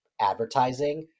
advertising